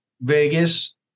Vegas